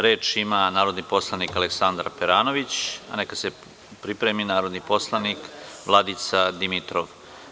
Reč ima narodni poslanik Aleksandar Peranović, a neka se pripremi narodni poslanik Vladica Dimitrov.